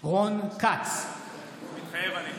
רון כץ, מתחייב אני